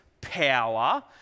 power